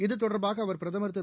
இது தொடர்பாக அவர் பிரதமர் திரு